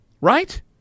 Right